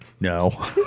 no